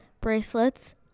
bracelets